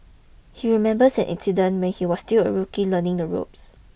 he remembers an incident when he was still a rookie learning the ropes